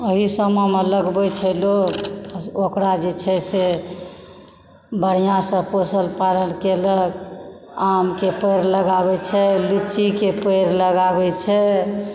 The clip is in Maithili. एहिसमयमे लगबय छै लोग ओकरा जे छै से बढिआँसँ पोषण पालन केलक आमके पेड़ लगाबय छै लीचीके पेड़ लगाबय छै